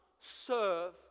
serve